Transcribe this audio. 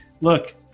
look